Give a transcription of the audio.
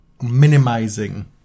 minimizing